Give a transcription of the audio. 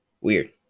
weird